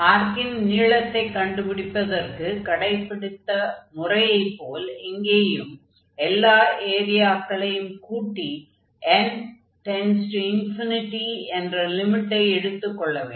ஆர்க்கின் நீளத்தைக் கண்டுபிடிப்பதற்கு கடைப்பிடித்த முறையைப் போல் இங்கேயும் எல்லா ஏரியாக்களை கூட்டி n→∞ என்ற லிமிட்டை எடுத்துக் கொள்ள வேண்டும்